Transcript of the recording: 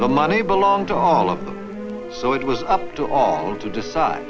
the money belong to all of them so it was up to all to decide